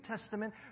Testament